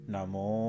Namo